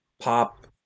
pop